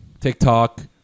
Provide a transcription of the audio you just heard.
TikTok